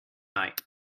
night